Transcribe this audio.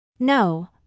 No